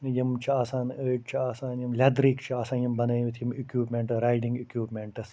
یِم چھِ آسان أڑۍ چھِ آسان یِم لیٚدرٕکۍ چھِ آسان یِم بَنٲوِتھ یِم اِکوپمیٚنٹہٕ رایڈِنٛگ اِکوپمیٚنٹٕس